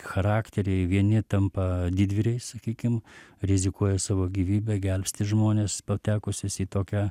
charakteriai vieni tampa didvyriais sakykim rizikuoja savo gyvybe gelbsti žmones patekusius į tokią